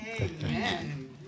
Amen